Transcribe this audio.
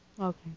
Okay